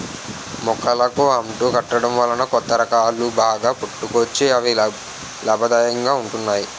మొక్కలకు అంటు కట్టడం వలన కొత్త రకాలు బాగా పుట్టుకొచ్చి అవి లాభదాయకంగా ఉంటున్నాయి